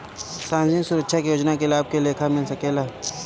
सामाजिक सुरक्षा योजना के लाभ के लेखा मिल सके ला?